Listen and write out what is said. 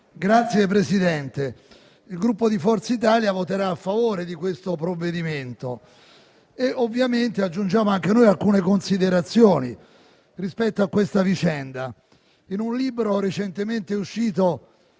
Signor Presidente, il Gruppo Forza Italia voterà a favore di questo provvedimento e ovviamente aggiungiamo anche noi alcune considerazioni rispetto alla vicenda. In un libro pubblicato